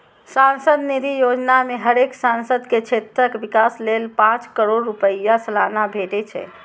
सांसद निधि योजना मे हरेक सांसद के क्षेत्रक विकास लेल पांच करोड़ रुपैया सलाना भेटे छै